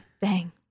Bang